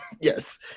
Yes